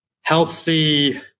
healthy